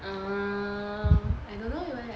err I don't know whether I free sia